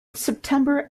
september